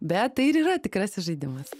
bet tai ir yra tikrasis žaidimas